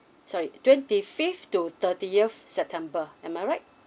sorry twenty fifth to thirtieth september am I right